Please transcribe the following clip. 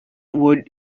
would